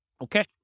Okay